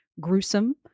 gruesome